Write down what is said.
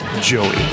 Joey